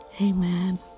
amen